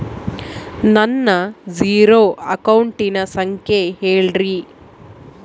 ನನ್ನ ಜೇರೊ ಅಕೌಂಟಿನ ಸಂಖ್ಯೆ ಹೇಳ್ರಿ?